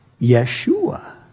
Yeshua